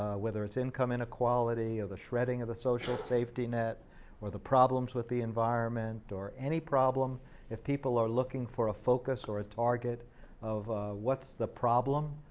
whether it's income inequality or the shredding of the social safety net or the problems with the environment or any problem if people are looking for a focus or a target of what's the problem,